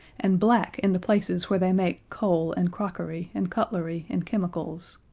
and black in the places where they make coal and crockery and cutlery and chemicals.